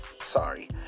sorry